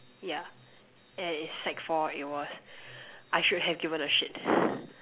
yeah and in sec four it was I should have given a shit